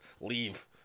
leave